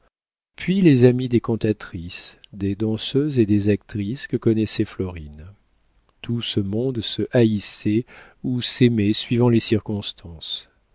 puis les amis des cantatrices des danseuses et des actrices qui connaissaient florine tout ce monde se haïssait ou s'aimait suivant les circonstances